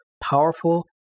powerful